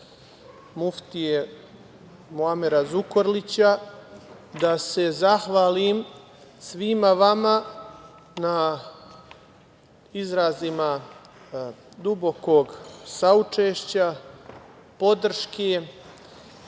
muftije Muamera Zukorlića, da se zahvalim svima vama na izrazima dubokog saučešća, podrške,